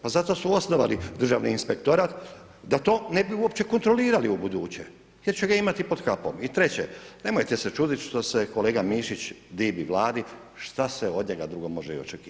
Pa zato su osnovali državni inspektorat da to ne bi uopće kontrolirali ubuduće jer će ga imati pod ... I treće, nemojte se čuditi što se kolega Mišić divi Vladi šta se od njega drugo može i očekivati.